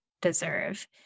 deserve